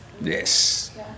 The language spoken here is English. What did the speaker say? Yes